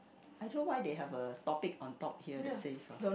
I don't know why they have a topic on top here that says ah